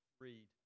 read